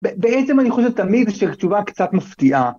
בעצם אני חושב תמיד שהתשובה קצת מפתיעה.